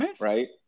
right